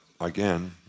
again